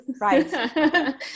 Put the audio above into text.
right